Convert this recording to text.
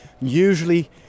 usually